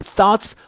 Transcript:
Thoughts